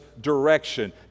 direction